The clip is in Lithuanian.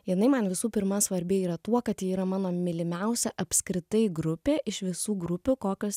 jinai man visų pirma svarbi yra tuo kad ji yra mano mylimiausia apskritai grupė iš visų grupių kokios